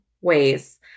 ways